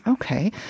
Okay